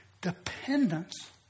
dependence